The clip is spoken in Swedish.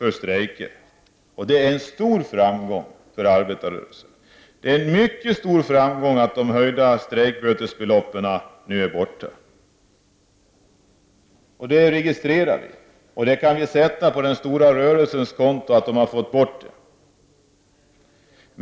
om strejkförbud — det är en stor framgång för arbetarrörelsen. Det är en mycket stor framgång för arbetarrörelsen att de höjda bötesbeloppen nu är borta ur förslaget. Detta registrerar vi, och vi kan sätta på den stora rörelsens konto att det förslaget är borta.